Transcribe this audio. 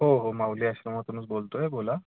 हो हो माऊली आश्रमातूनच बोलतो आहे बोला